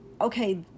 okay